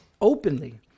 openly